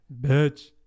Bitch